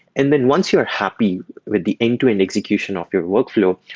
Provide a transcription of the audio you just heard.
and then once you are happy with the end-to-end execution of your workflow,